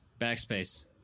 Backspace